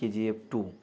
K G F two